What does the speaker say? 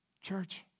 Church